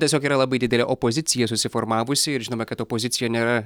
tiesiog yra labai didelė opozicija susiformavusi ir žinome kad opozicija nėra